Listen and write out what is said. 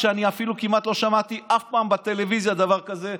אני אפילו כמעט אף פעם לא שמעתי בטלוויזיה דבר כזה,